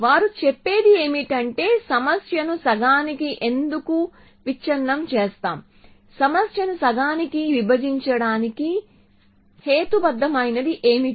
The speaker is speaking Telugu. వారు చెప్పేది ఏమిటంటే సమస్యను సగానికి ఎందుకు విచ్ఛిన్నం చేస్తాం సమస్యను సగానికి విభజించడానికి హేతుబద్ధమైనది ఏమిటి